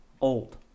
old